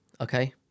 Okay